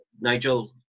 Nigel